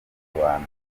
kuzabana